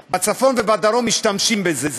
בצפון ובדרום משתמשים בזה,